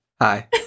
Hi